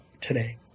today